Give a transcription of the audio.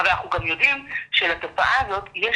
אבל אנחנו גם יודעים שלתופעה הזאת יש